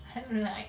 I'm like